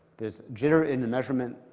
there's jitter in the measurement,